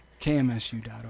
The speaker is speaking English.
kmsu.org